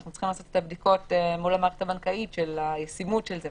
אנחנו צריכים לעשות את הבדיקות מול המערכת הבנקאית של הישימות של זה,